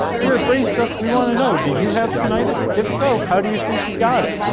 here at brain stuff we want to know, do you have tinnitus? if so, how do you think you got it?